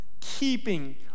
keeping